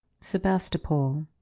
Sebastopol